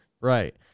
right